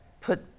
put